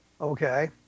Okay